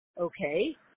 Okay